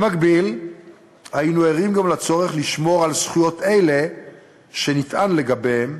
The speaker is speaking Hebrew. במקביל היינו ערים גם לצורך לשמור על זכויות אלה שנטען לגביהם